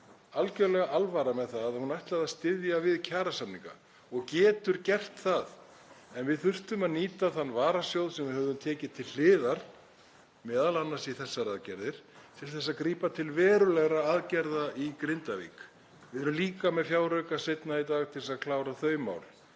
algerlega alvara með það að hún ætlaði að styðja við kjarasamninga og getur gert það. En við þurftum að nýta þann varasjóð sem við höfðum tekið til hliðar, m.a. í þessar aðgerðir, til að grípa til verulegra aðgerða í Grindavík. Við erum líka með fjárauka seinna í dag til að klára þau mál